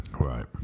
right